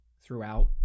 throughout